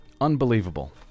Unbelievable